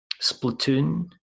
Splatoon